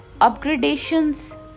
Upgradations